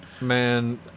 Man